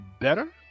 better